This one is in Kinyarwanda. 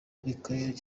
michael